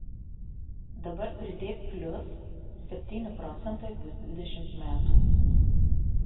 dabar pridėk plius septyni procentai bus dvidešimt metų